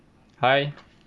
hi